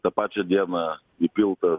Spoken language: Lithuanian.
tą pačią dieną įpiltas